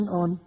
on